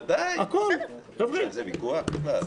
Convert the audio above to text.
בוודאי, יש על זה ויכוח בכלל?